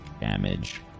damage